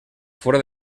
fora